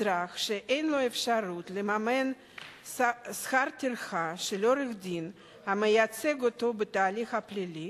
אזרח שאין לו אפשרות לממן שכר טרחה של עורך-דין שייצג אותו בהליך הפלילי